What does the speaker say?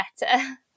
better